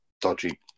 dodgy